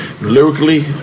lyrically